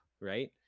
right